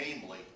namely